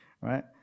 right